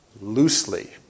loosely